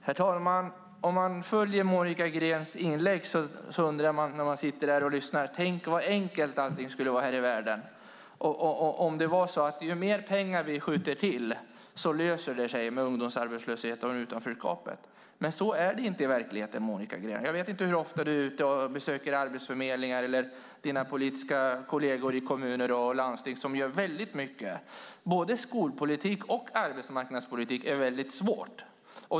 Herr talman! Om man följer Monica Greens inlägg tänker man när man lyssnar: Tänk vad enkelt allting skulle vara här i världen om det vore så att ju mer pengar vi skjuter till, desto bättre löser det sig med ungdomsarbetslösheten och utanförskapet! Så är det inte i verkligheten, Monica Green. Jag vet inte hur ofta du är ute och besöker arbetsförmedlingar eller dina politiska kolleger i kommuner och landsting. De gör väldigt mycket, men både skolpolitik och arbetsmarknadspolitik är väldigt svårt.